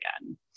again